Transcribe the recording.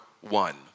one